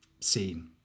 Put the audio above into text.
seen